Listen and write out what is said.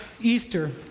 Easter